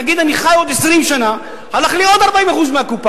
נגיד אני חי עוד 20 שנה, הלכו לי עוד 40% מהקופה.